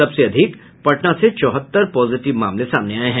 सबसे अधिक पटना से चौहत्तर पॉजिटिव मामले सामने आये हैं